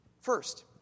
First